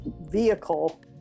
vehicle